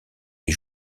des